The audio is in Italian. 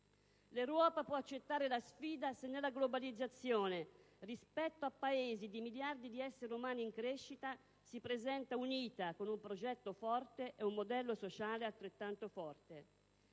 L'Europa può accettare la sfida se nella globalizzazione rispetto a Paesi di miliardi di esseri umani in crescita si presenta unita, con un progetto forte e un modello sociale altrettanto forte.